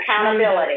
accountability